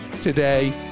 today